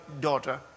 daughter